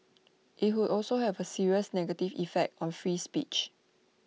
IT would also have A serious negative effect on free speech